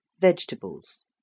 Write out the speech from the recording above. vegetables